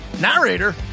Narrator